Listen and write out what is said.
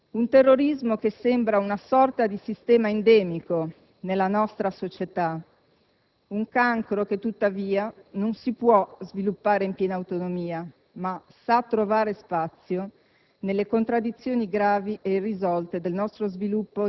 Questo aspetto testimonia, se mai ve ne fosse bisogno, che la storia di quegli anni non è mai stata chiusa, sia per i tanti protagonisti dei quali sono scomparse le tracce, sia per i tanti episodi dei quali non si è mai avuta verità.